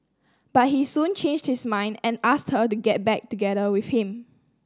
but he soon changed his mind and asked her to get back together with him